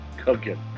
Cooking